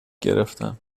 گرفتم